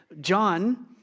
John